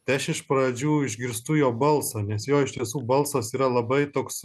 tai aš iš pradžių išgirstu jo balsą nes jo iš tiesų balsas yra labai toks